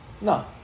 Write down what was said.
No